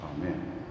amen